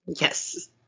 Yes